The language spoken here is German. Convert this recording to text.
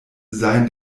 seien